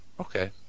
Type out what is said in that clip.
Okay